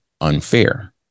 unfair